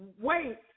wait